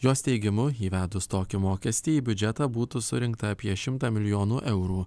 jos teigimu įvedus tokį mokestį į biudžetą būtų surinkta apie šimtą milijonų eurų